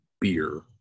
beer